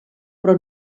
però